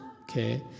okay